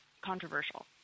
controversial